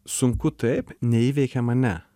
sunku taip neįveikiama ne